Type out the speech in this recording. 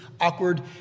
awkward